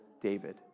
David